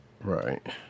Right